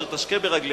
אשר תשקה ברגלך,